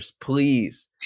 please